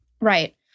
Right